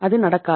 அது நடக்காது